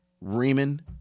Raymond